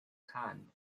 khan